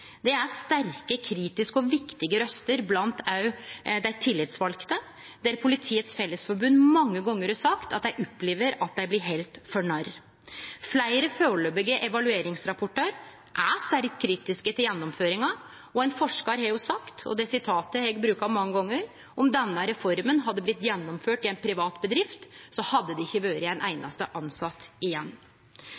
det er sterke, kritiske og viktige røyster òg blant dei tillitsvalde, der Politiets Fellesforbund mange gonger har sagt at dei opplever at dei blir haldne for narr. Fleire foreløpige evalueringsrapportar er sterkt kritiske til gjennomføringa, og ein forskar har sagt – og det sitatet har eg brukt mange gonger – at om denne reforma hadde vorte gjennomført i ei privat bedrift, hadde det ikkje vore ein